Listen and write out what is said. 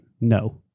No